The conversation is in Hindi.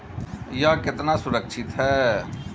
यह कितना सुरक्षित है?